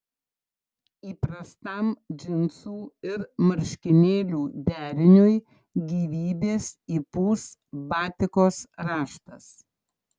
įprastam džinsų ir marškinėlių deriniui gyvybės įpūs batikos raštas